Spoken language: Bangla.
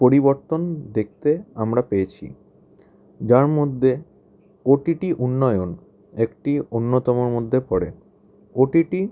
পরিবর্তন দেখতে আমরা পেয়েছি যার মধ্যে ওটিটি উন্নয়ন একটি অন্যতমর মধ্যে পড়ে ওটিটি